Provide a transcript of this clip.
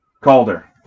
Calder